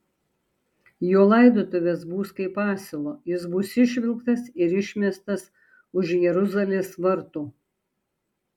jo laidotuvės bus kaip asilo jis bus išvilktas ir išmestas už jeruzalės vartų